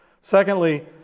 Secondly